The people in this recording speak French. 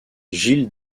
jill